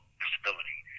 disability